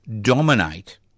dominate